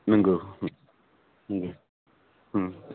नंगौ